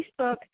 Facebook